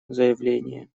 заявление